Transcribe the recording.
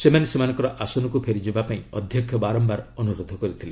ସେମାନେ ସେମାନଙ୍କର ଆସନକୁ ଫେରିଯିବା ପାଇଁ ଅଧ୍ୟକ୍ଷ ବାରମ୍ଭାର ଅନୁରୋଧ କରିଥିଲେ